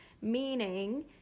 Meaning